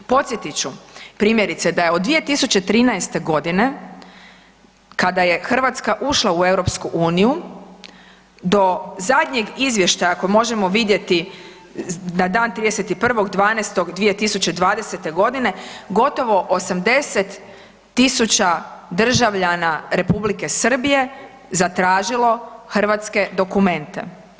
Podsjetit ću primjerice da je od 2013.g. kada je Hrvatska ušla u EU do zadnjeg izvještaja ako možemo vidjeti na dan 31.12.2020.g. gotovo 80.000 državljana Republike Srbije zatražilo hrvatske dokumente.